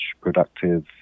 productive